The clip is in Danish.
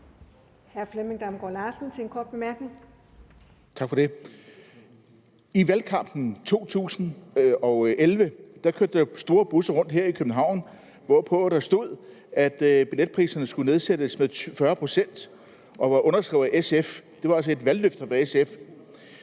I valgkampen 2011 kørte der jo busser rundt her i København med store plakater, hvorpå der stod, at billetpriserne skulle nedsættes med 40 pct., og de var underskrevet af SF. Det var altså et valgløfte fra SF.